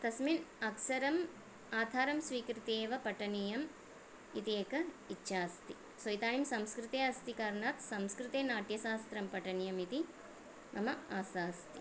कस्मिन् अक्सरम् आधारं स्वीकृत्येव पठनीयम् इति एका इच्छा अस्ति सो इदानीं संस्कृते अस्ति कारणात् संस्कृते नाट्यशास्त्रं पठनीयमिति मम आशा अस्ति